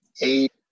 eight